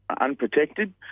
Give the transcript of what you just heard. unprotected